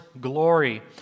glory